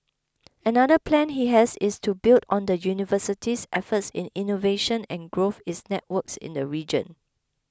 another plan he has is to build on the university's efforts in innovation and growth its networks in the region